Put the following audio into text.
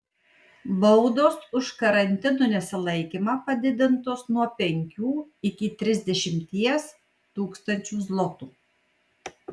baudos už karantino nesilaikymą padidintos nuo penkių iki trisdešimties tūkstančių zlotų